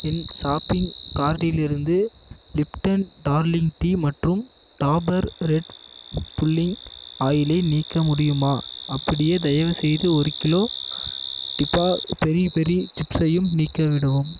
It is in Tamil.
என் ஷாப்பிங் கார்டிலிருந்து லிப்டன் டார்லிங் டீ மற்றும் டாபர் ரெட் புல்லிங் ஆயிலை நீக்க முடியுமா அப்படியே தயவுசெய்து ஒரு கிலோ டிபா பெரி பெரி சிப்ஸையும் நீக்கிவிடவும்